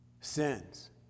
sins